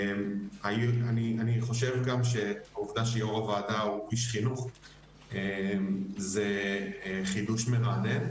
אני חושב גם שהעובדה שיו"ר הוועדה הוא איש חינוך זה חידוש מרענן,